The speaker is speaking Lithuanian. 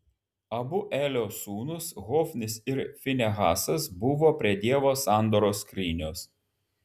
abu elio sūnūs hofnis ir finehasas buvo prie dievo sandoros skrynios